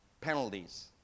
penalties